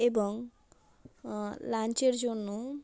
এবং লাঞ্চের জন্য